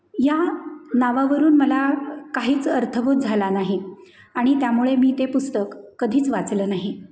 या नावावरून मला काहीच अर्थबोध झाला नाही आणि त्यामुळे मी ते पुस्तक कधीच वाचलं नाही